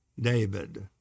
David